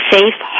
Safe